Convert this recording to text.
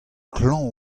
klañv